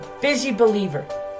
busybeliever